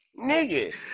Nigga